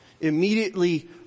immediately